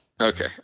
Okay